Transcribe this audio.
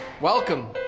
Welcome